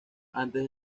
antes